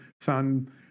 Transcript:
son